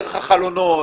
דרך החלונות,